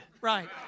Right